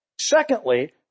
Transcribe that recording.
Secondly